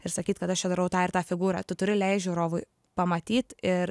ir sakyt kad aš čia darau tą ir tą figūrą tu turi leist žiūrovui pamatyt ir